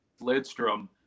Lidstrom